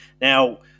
Now